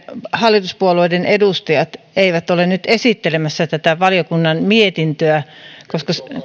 hallituspuolueiden edustajat eivät ole nyt esittelemässä tätä valiokunnan mietintöä